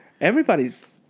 Everybody's